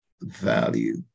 value